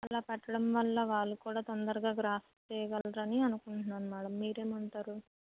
అలా పెట్టడం వల్ల వాళ్ళు కూడా తొందరగా గ్రాస్ప్ చేయగలరని అనుకుంటున్నాను మేడమ్ మీరు ఏమంటారు